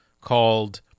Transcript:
called